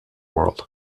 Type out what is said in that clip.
world